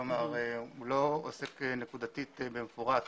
כלומר, הוא לא עוסק נקודתית במפורט